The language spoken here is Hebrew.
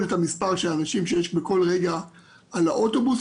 את מספר האנשים שיש בכל רגע על האוטובוס.